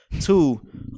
two